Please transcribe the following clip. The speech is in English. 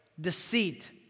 deceit